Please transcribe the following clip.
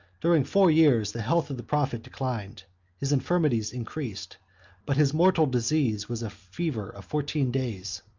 during four years, the health of the prophet declined his infirmities increased but his mortal disease was a fever of fourteen days,